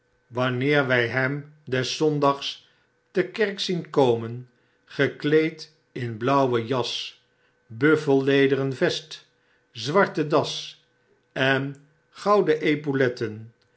wanneer wy hem des zondags ter kerk zien komen gekleed in blauwe jas buffellederen vest zwarte das en goudenepauhooiberg